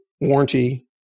warranty